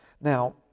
Now